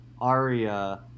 Aria